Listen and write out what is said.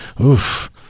oof